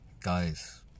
Guys